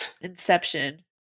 Inception